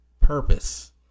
purpose